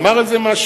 הוא אמר על זה משהו?